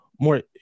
more